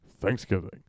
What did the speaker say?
Thanksgiving